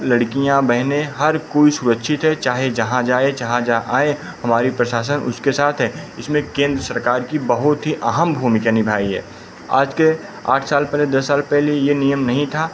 लड़कियाँ बहनें हर कोई सुरक्षित है चाहे जहाँ जाए चाहे जहाँ आएँ हमारी प्रशासन उसके साथ है इसमें केन्द्र सरकार की बहुत ही अहम भूमिका निभाई है आज के आठ साल पहले दस साल पहले यह नियम नहीं था